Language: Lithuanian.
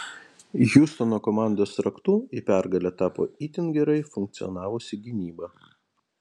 hjustono komandos raktu į pergalę tapo itin gerai funkcionavusi gynyba